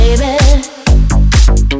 baby